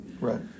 Right